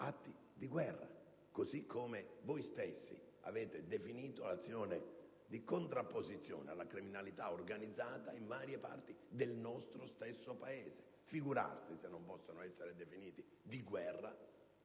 di guerra, così come voi stessi avete definito l'azione di contrapposizione alla criminalità organizzata in varie parti del nostro stesso Paese; figurarsi dunque se non possono essere definiti come di guerra